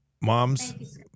moms